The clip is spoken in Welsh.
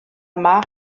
yma